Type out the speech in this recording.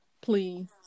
Please